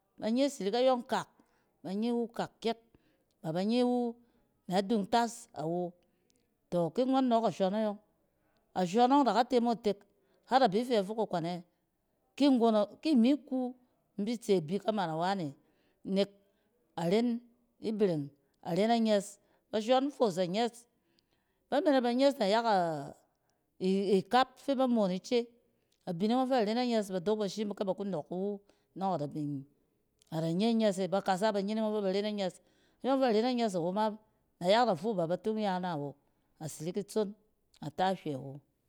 Ba nye sirik ayɔng kak, ban ye wu kak kyɛk. Ba ban ye iwu na dun tas awo. Tɔ ki ngɔn nɔɔk ashɔn ayɔn, ashɔn ɔng da k ate mo itek har a bi fɛ fok ɛ konɛ, ki nggon-ɛ, ki mi ku, in bi tse bik aman awane. Aren ibereng, aren anyɛs. Bashɔn toos anyɛs. Ba manɛ ba nyɛs nayak a-ikap fɛ ba moon ica. Abining ɔng fɛ ren anyɛs, ba dorok ba shim kɛ ba ku nɔɔk iwu nɔng ada bin-ada nye nyɛs e ba kasa banyining ɔng fɛ bar en anyɛs. Ayɔng fɛ ren anyɛs awo ma nayak na fu b aba tun ya ina awo. Asirik itson a ta hywɛ awo